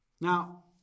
Now